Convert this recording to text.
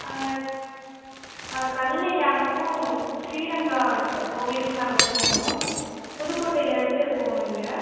ஆ ஆ கல்லணை டேமுக்கும் ஸ்ரீரங்கம் ட கோவிலுக்கும் நாங்கள் போகணும் புதுக்கோட்டையிலேருந்து போகணும் இங்கே